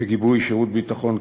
בגיבוי שירות ביטחון כללי,